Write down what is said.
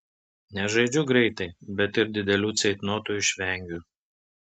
nežaidžiu greitai bet ir didelių ceitnotų išvengiu